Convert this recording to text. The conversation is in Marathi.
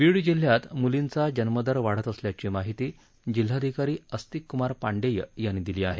बीड जिल्ह्यात मुलींचा जन्मदर वाढत असल्याची माहिती जिल्हाधिकारी अस्तिक कुमार पांडेय यांनी दिली आहे